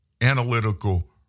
Analytical